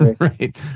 right